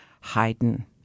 Haydn